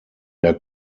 der